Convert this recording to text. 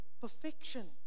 perfection